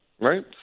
Right